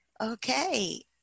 okay